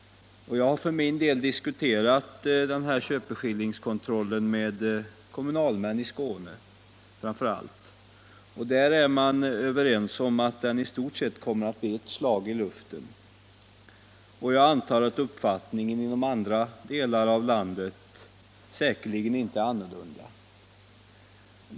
Jag har för min del diskuterat den här köpeskillingskontrollen med kommunalmän i Skåne framför allt. Där är man överens om att denna kontroll i stort sett kommer att bli ett slag i luften. Uppfattningen inom andra delar av landet är säkerligen inte annorlunda.